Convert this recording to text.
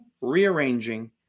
rearranging